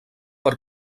per